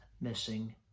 missing